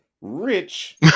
rich